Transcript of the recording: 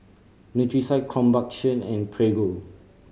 Nutrisoy Krombacher and Prego